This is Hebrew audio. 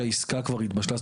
שבו עסקה כבר התבשלה,